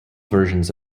versions